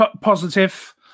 positive